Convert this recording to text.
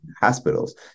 hospitals